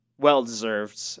Well-deserved